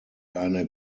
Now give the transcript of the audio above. eine